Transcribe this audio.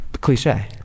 cliche